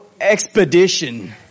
expedition